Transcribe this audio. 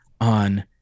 on